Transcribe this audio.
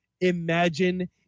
Imagine